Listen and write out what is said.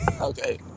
Okay